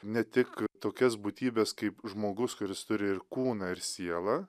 ne tik tokias būtybes kaip žmogus kuris turi ir kūną ir sielą